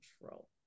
control